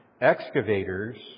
excavators